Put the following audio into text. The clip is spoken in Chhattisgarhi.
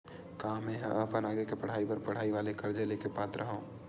का मेंहा अपन आगे के पढई बर पढई वाले कर्जा ले के पात्र हव?